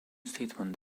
statement